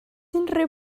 unrhyw